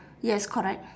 yes correct